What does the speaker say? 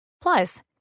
Plus